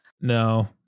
No